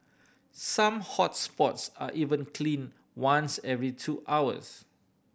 some hots spots are even clean once every two hours